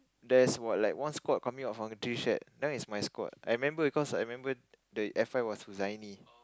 there's what like one squad coming out from the tree shed that is my squad I remembered cause I remembered the F I was Huzaini